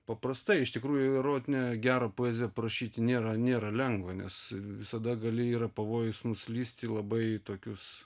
paprastai iš tikrųjų erotinę gerą poeziją prašyti nėra nėra lengva nes visada gali yra pavojus nuslysti į labai tokius